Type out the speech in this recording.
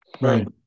Right